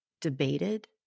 debated